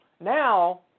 Now